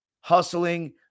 hustling